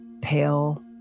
Pale